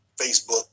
facebook